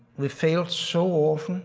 we've failed so often.